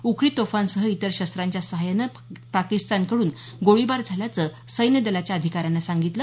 उखळी तोफांसह इतर शस्त्रांच्या सहाय्याने पाकिस्तानकडून गोळीबार झाल्याचं सैन्यदलाच्या अधिकाऱ्यांनी सांगितलं